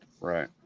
Right